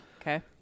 Okay